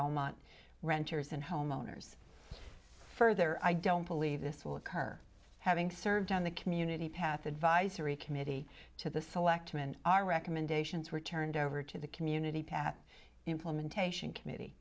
belmont ranchers and homeowners further i don't believe this will occur having served on the community path advisory committee to the selectmen our recommendations were turned over to the community pat implementation committee